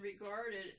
regarded